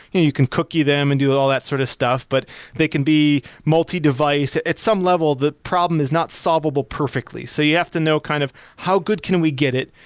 you can cookie them and do all that sort of stuff, but they can be multi-device. at some level, the problem is not solvable perfectly, so you have to know kind of how good can we get it,